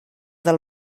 del